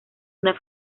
una